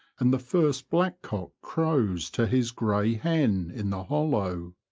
and the first blackcock crows to his grey hen in the hollow.